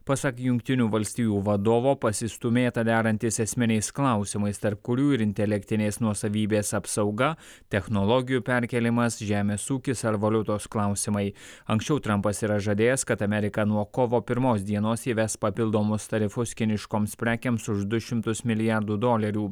pasak jungtinių valstijų vadovo pasistūmėta derantis esminiais klausimais tarp kurių ir intelektinės nuosavybės apsauga technologijų perkėlimas žemės ūkis ar valiutos klausimai anksčiau trampas yra žadėjęs kad amerika nuo kovo pirmos dienos įves papildomus tarifus kiniškoms prekėms už du šimtus milijardų dolerių